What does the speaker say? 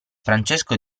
francesco